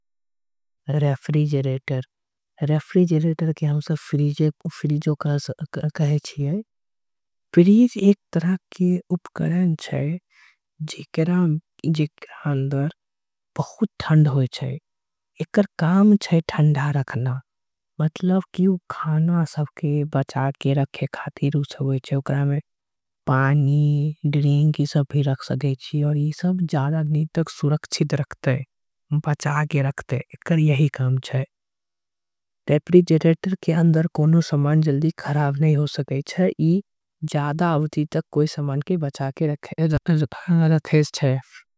रेफ्रिजरेटर के हम सब फ्रिजो कहे छीये। ई एक तरह के उपकरण छे जेकरा अन्दर। बहुत ठंड होय छे एकर कम छे ठंडा रखना। मतलब की उ खाना सब के बचा के रखे। खातिर यूज होय जाई छे पानी ड्रिंक ई सब। भी रख जाय छीये खाना के सुरक्षित रखते। बचा के रखते रेफ्रिजरेटर के अन्दर। कोनो समान खराब नहीं हो सकत हई।